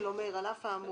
19(ג) אומר "על אף האמור",